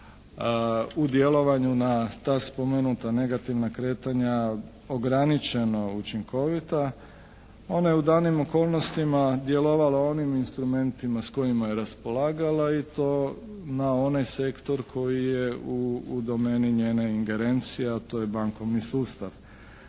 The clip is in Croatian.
u djelovanju na ta spomenuta negativna kretanja ograničeno učinkovita. Ona je u danim okolnostima djelovala onim instrumentima s kojima je raspolagala i to na onaj sektor koji je u domeni njene ingerencije, a to je bankovni sustav.